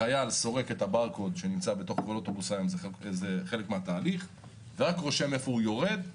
החייל סורק את הברקוד שנמצא בתוך האוטובוס ורק רושם היכן הוא יורד.